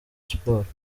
sports